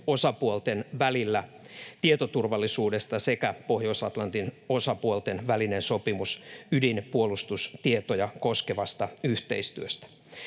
osapuolten välillä tietoturvallisuudesta sekä Pohjois-Atlantin osapuolten välinen sopimus ydinpuolustustietoja koskevasta yhteistyöstä.